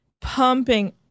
pumping